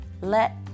let